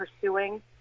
pursuing